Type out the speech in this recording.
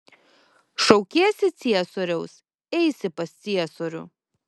šaukiesi ciesoriaus eisi pas ciesorių